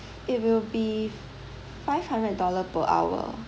it will be five hundred dollar per hour